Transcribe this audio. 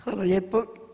Hvala lijepo.